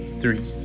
three